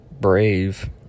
brave